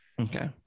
Okay